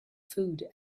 food